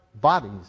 bodies